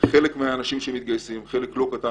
חלק מהאנשים שמתגייסים, חלק לא קטן